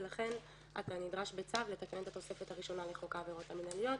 ולכן אתה נדרש בצו לתקן את התוספת הראשונה לחוק העבירות המינהליות,